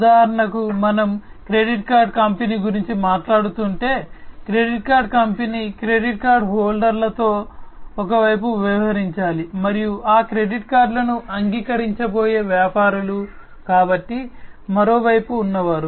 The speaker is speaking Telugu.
ఉదాహరణకు మనము క్రెడిట్ కార్డ్ కంపెనీ గురించి మాట్లాడుతుంటే credit card company credit card హోల్డర్లతో ఒక వైపు వ్యవహరించాలి మరియు ఆ క్రెడిట్ కార్డులను అంగీకరించబోయే వ్యాపారులు కాబట్టి మరొక వైపు ఉన్నవారు